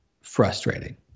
frustrating